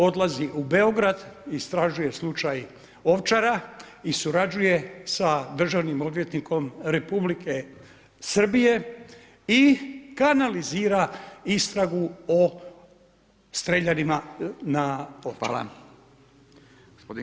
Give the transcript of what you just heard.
Odlazi u Beograd, istražuje slučaj Ovčara i surađuje sa državnim odvjetnikom Republike Srbije i kanalizira istragu o streljanima na Ovčari.